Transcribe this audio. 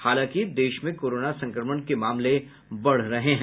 हालांकि देश में कोरोना संक्रमण के मामले बढ़ रहे हैं